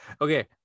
Okay